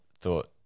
thought